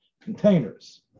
containers